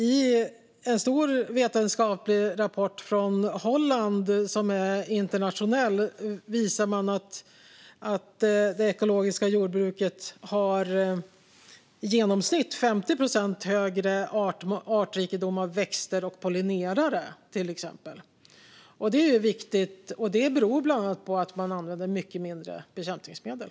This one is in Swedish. I en stor internationell vetenskaplig rapport från Holland visar man till exempel att det ekologiska jordbruket har i genomsnitt 50 procent högre artrikedom när det gäller växter och pollinerare. Detta är viktigt, och det beror bland annat på att man använder mycket mindre bekämpningsmedel.